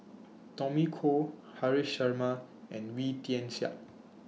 Tommy Koh Haresh Sharma and Wee Tian Siak